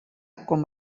com